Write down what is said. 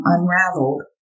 Unraveled